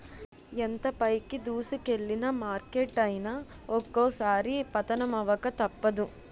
ఎంత పైకి దూసుకెల్లిన మార్కెట్ అయినా ఒక్కోసారి పతనమవక తప్పదు